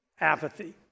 Apathy